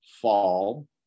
fall